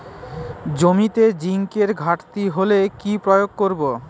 জমিতে জিঙ্কের ঘাটতি হলে কি প্রয়োগ করব?